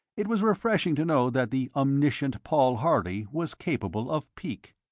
it was refreshing to know that the omniscient paul harley was capable of pique.